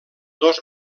dos